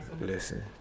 Listen